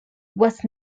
was